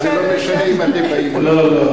זה לא משנה אם אתם באים או לא.